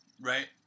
Right